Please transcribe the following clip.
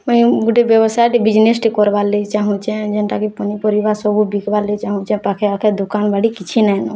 ମୁଇଁ ଗୋଟେ ବ୍ୟବସାୟଟେ ବିଜନେସ୍ଟେ କର୍ବାର୍ ଲାଗି ଚାହୁଁଛେ ଯେନ୍ତାକି ପନିପରିବା ସବୁ ବିକ୍ବାର୍ ଲାଗି ଚାହୁଁଛେ ପାଖେ ଆଖେ ଦୁକାନ୍ ବାଡ଼ି କିଛି ନାଇନ